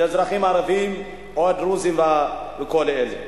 הערבים או הדרוזים וכל אלה.